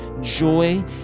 joy